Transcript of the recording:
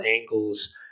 angles